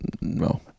No